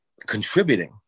contributing